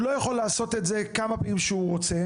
הוא לא יכול לעשות את זה כמה פעמים שהוא רוצה.